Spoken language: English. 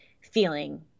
feeling